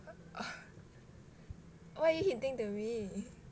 why you hinting to me